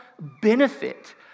benefit